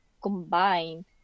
combine